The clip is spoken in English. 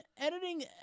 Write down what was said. editing